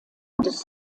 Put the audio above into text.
des